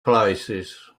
places